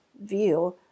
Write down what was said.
view